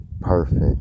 perfect